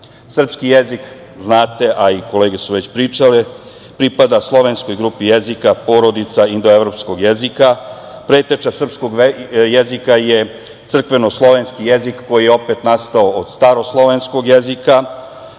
naroda. Srpski jezik, znate, a i kolege su već pričale, pripada slovenskoj grupi jezika, porodica indoevropskog jezika, preteča srpskog jezika je crkvenoslovenski jezik, koji je opet nastao od staroslovenskog jezika.